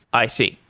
i see.